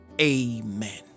Amen